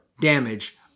damage